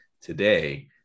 today